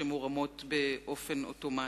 שמורמות באופן אוטומטי.